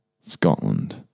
Scotland